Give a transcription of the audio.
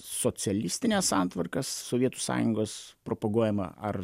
socialistinė santvarka sovietų sąjungos propaguojama ar